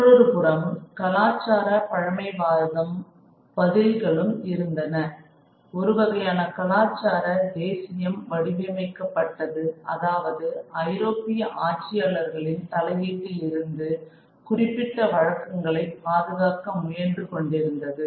மற்றொருபுறம் கலாச்சார பழமைவாதம் பதில்களும் இருந்தன ஒருவகையான கலாச்சார தேசியம் வடிவமைக்கப்பட்டது அதாவது ஐரோப்பியா ஆட்சியாளர்களின் தலையீட்டில் இருந்து குறிப்பிட்ட வழக்கங்களை பாதுகாக்க முயன்று கொண்டிருந்தது